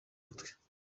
mutwe